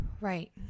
Right